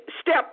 step